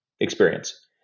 experience